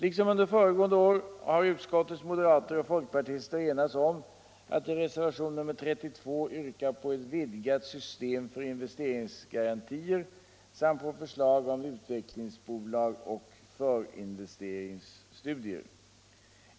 Liksom under föregående år har utskottets moderater och folkpartister enats om att i en reservation, nr 32, yrka på ett vidgat system för investeringsgarantier samt på förslag om utvecklingsbolag och för investeringsstudier.